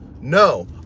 no